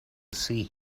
see